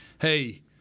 hey